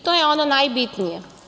To je ono najbitnije.